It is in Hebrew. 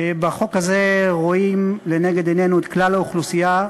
בחוק הזה אנו רואים לנגד עינינו את כלל האוכלוסייה,